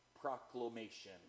proclamation